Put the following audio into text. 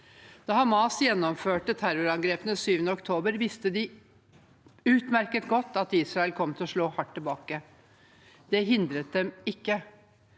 Da Hamas gjennomførte terrorangrepene 7. oktober, visste de utmerket godt at Israel kom til å slå hardt tilbake. Det hindret dem ikke.